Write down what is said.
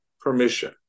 permission